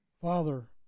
Father